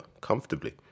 comfortably